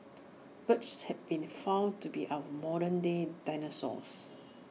birds have been found to be our modern day dinosaurs